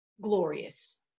glorious